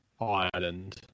Ireland